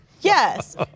Yes